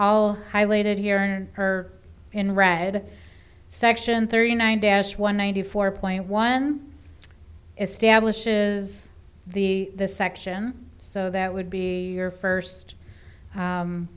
all highlighted here and her in red section thirty nine dash one ninety four point one establishes the section so that would be your first